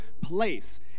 place